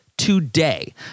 today